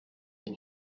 den